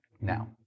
now